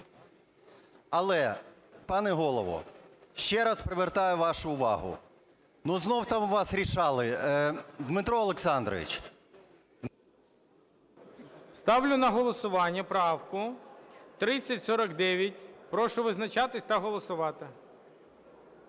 Але, пане Голово, ще раз привертаю вашу увагу, ну, знову там у вас "рішали" Дмитро Олександрович! ГОЛОВУЮЧИЙ. Ставлю на голосування правку 3049. Прошу визначатись та голосувати.